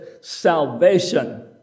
salvation